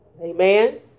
Amen